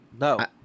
No